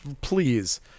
Please